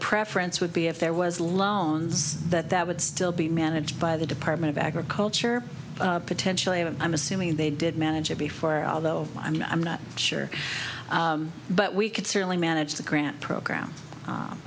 preference would be if there was loans that would still be managed by the department of agriculture potentially and i'm assuming they did manage it before although i'm not sure but we could certainly manage the grant program